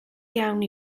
iawn